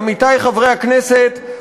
עמיתי חברי הכנסת,